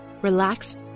relax